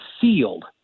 sealed